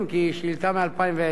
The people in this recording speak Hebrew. אבל בכל זאת אני אשאל אותה.